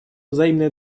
взаимное